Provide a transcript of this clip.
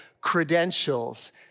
credentials